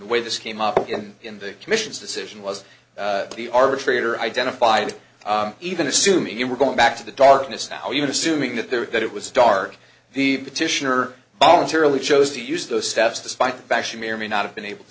the way this came up again in the commission's decision was the arbitrator identified even assuming you were going back to the darkness now you're assuming that there that it was dark the petitioner ballance airily chose to use those steps despite the fact she may or may not have been able to